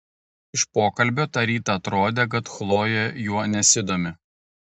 iš pokalbio tą rytą atrodė kad chlojė juo nesidomi